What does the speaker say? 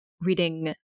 reading